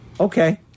Okay